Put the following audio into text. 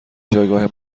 جایگاه